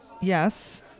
Yes